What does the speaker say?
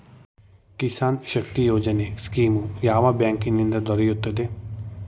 ಕಿಸಾನ್ ಶಕ್ತಿ ಯೋಜನೆ ಸ್ಕೀಮು ಯಾವ ಬ್ಯಾಂಕಿನಿಂದ ದೊರೆಯುತ್ತದೆ?